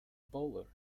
bowler